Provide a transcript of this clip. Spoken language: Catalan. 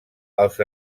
als